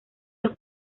los